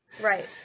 Right